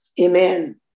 Amen